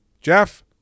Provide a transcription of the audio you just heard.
Jeff